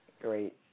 Great